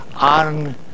on